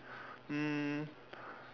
um